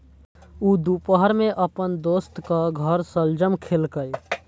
ऊ दुपहर मे अपन दोस्तक घर शलजम खेलकै